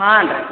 ಹಾಂ ರೀ